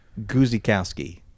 Guzikowski